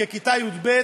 ככיתה י"ב,